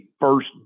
first